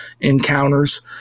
encounters